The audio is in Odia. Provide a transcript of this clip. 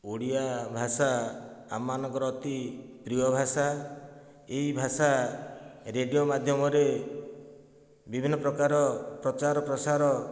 ଓଡ଼ିଆ ଭାଷା ଆମମାନଙ୍କର ଅତି ପ୍ରିୟ ଭାଷା ଏଇ ଭାଷା ରେଡିଓ ମାଧ୍ୟମରେ ବିଭିନ୍ନ ପ୍ରକାର ପ୍ରଚାର ପ୍ରସାର